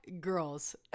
Girls